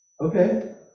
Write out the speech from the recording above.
Okay